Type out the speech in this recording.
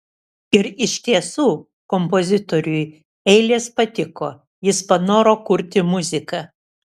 ir iš tiesų kompozitoriui eilės patiko jis panoro kurti muziką